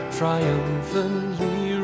triumphantly